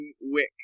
wick